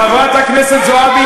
חברת הכנסת זועבי,